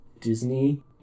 Disney